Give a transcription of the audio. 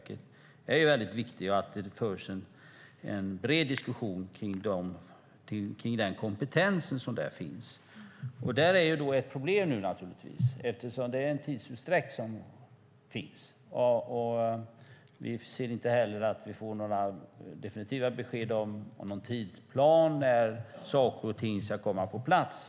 Det är också viktigt att det förs en bred diskussion om den kompetens som finns. Ett problem är den tidsutdräkt som uppstått. Vi får inte några definitiva besked om tidsplanen, när saker och ting ska komma på plats.